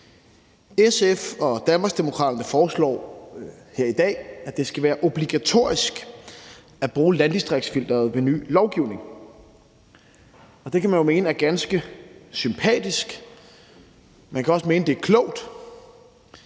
SF og Danmarksdemokraterne foreslår her i dag, at det skal være obligatorisk at bruge landdistriktsfilteret ved ny lovgivning, og det kan man jo mene er ganske sympatisk. Man kan også mene, det er klogt.